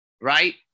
right